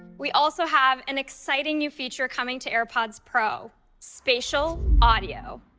we also have an exciting new feature coming to airpods pro spatial audio.